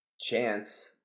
Chance